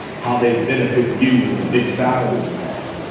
how they benefit you and the big salary you have?